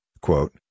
quote